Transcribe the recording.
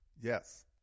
Yes